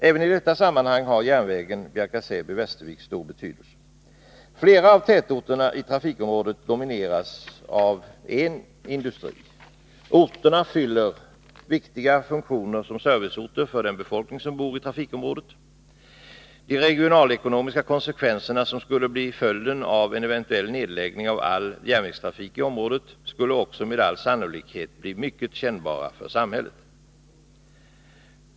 Även i detta sammanhang har järnvägen Bjärka/Säby-Västervik stor betydelse. Flera av tätorterna i trafikområdet domineras av en industri. Orterna fyller viktiga funktioner som serviceorter för den befolkning som bor i trafikområdet. De regionalekonomiska konsekvenserna av en eventuell nedläggning av all järnvägstrafik i området skulle också med all sannolikhet bli mycket kännbara för samhället.